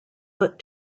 but